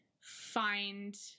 find